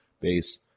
base